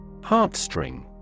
Heartstring